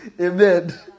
Amen